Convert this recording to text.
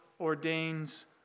ordains